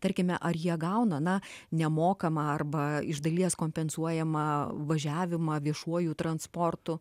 tarkime ar jie gauna na nemokamą arba iš dalies kompensuojamą važiavimą viešuoju transportu